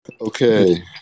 Okay